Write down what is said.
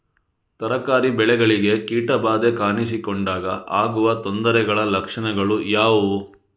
ತರಕಾರಿ ಬೆಳೆಗಳಿಗೆ ಕೀಟ ಬಾಧೆ ಕಾಣಿಸಿಕೊಂಡಾಗ ಆಗುವ ತೊಂದರೆಗಳ ಲಕ್ಷಣಗಳು ಯಾವುವು?